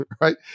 right